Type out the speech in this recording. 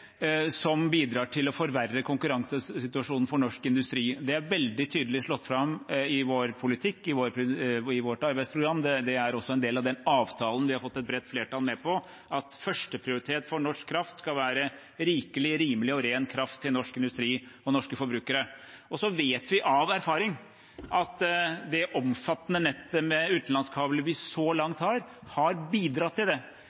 som bidrar til å forverre konkurransesituasjonen for norsk industri. Det er veldig tydelig slått fast i vår politikk, i vårt arbeidsprogram. Det er også en del av avtalen vi har fått et bredt flertall med på, at førsteprioritet for norsk kraft skal være rikelig, rimelig og ren kraft til norsk industri og norske forbrukere. Vi vet av erfaring at det omfattende nettet med utenlandskabler vi har så langt, har bidratt til det.